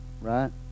Right